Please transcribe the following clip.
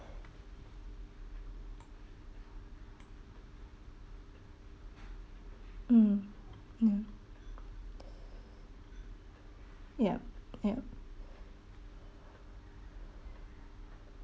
mm mm yup yup